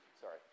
Sorry